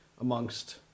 amongst